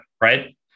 right